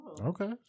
Okay